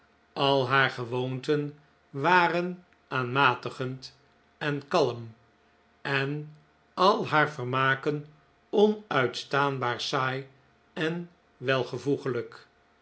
al haar gewoonten waren aanmatigend en kalm en al haar vermaken onuitstaanbaar saai en